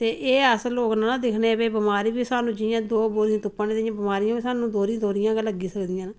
ते एह् अस लोग नी ना दिक्खने भाई बमारी बी साह्नू जियां दो बोरियां तुप्प दे ते इयां बमारियां बी स्हानू दोह्री दोह्रियां गै लग्गी सकदियां न